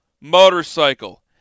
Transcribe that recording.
motorcycle